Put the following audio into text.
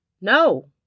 no